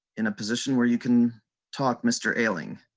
in a position where you can talk mr. ayling.